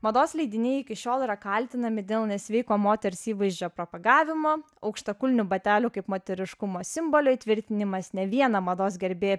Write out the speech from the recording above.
mados leidiniai iki šiol yra kaltinami dėl nesveiko moters įvaizdžio propagavimo aukštakulnių batelių kaip moteriškumo simbolio įtvirtinimas ne vieną mados gerbėją